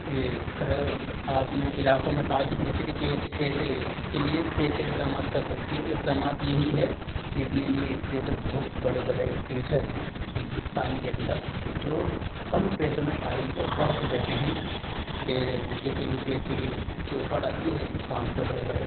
علاقوں میں تعلیم بہتری کے کیسے کے لیے کیسے اقدامات کر سکتی ہے اقدامات یہی ہے جتنے بھی جیسے بہت بڑے بڑے ٹیچر ہیں ہندوستان کے اندر جو کم پیسوں میں تعلیم کو فرق دیتے ہیں جیسے یو پی ایس سی کی جو پڑھائی ہے خان سر ہو گئے